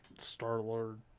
Star-Lord